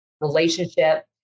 relationship